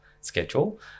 schedule